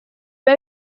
mai